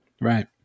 Right